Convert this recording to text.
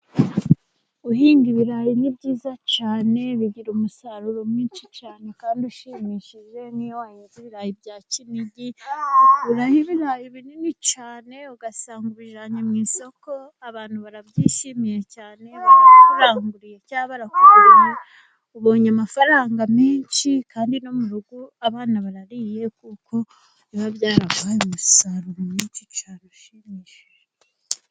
Guhinga ibirayi ni byiza cyane bigira umusaruro mwinshi cyane kandi ushimishije, niyo wahinze ibirayi bya kinigi ukuraho ibirayi binini cyane ugasanga ubijyanye mu isoko abantu barabyishimiye cyane barakuranguriye cyangwa barakuguriye ubonye amafaranga menshi, kandi no mu rugo abana barariye kuko biba byaraguhaye umusaruro mwinshi cyane ushimishije.